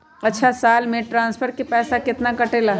अछा साल मे ट्रांसफर के पैसा केतना कटेला?